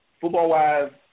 football-wise